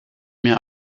mehr